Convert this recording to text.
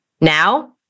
Now